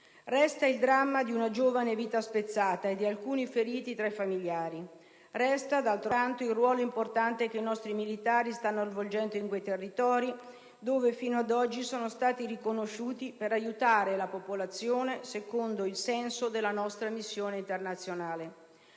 Resta il dramma di una giovane vita spezzata e di alcuni feriti tra i familiari. Resta, d'altro canto, il ruolo importante che i nostri militari stanno svolgendo in quei territori in cui, fino ad oggi, sono stati riconosciuti per aiutare la popolazione secondo il senso della nostra missione internazionale.